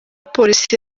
polisi